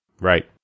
Right